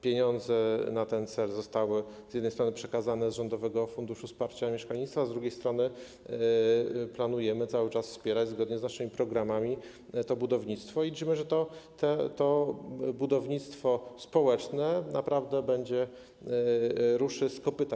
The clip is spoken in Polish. Pieniądze na ten cel zostały z jednej strony przekazane z rządowego funduszu wsparcia mieszkalnictwa, a z drugiej strony planujemy cały czas wspierać, zgodnie z naszymi programami, to budownictwo i liczymy, że budownictwo społeczne naprawdę, jak to mówią, ˝ruszy z kopyta˝